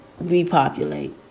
repopulate